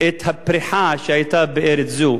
את הפריחה שהיתה בארץ זו.